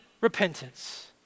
repentance